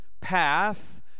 path